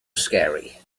scary